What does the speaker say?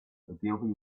ogilvy